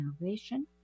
innovation